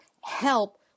help